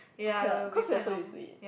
okay lah cause we're so used to it